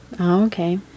Okay